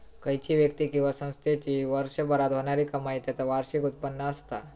खयची व्यक्ती किंवा संस्थेची वर्षभरात होणारी कमाई त्याचा वार्षिक उत्पन्न असता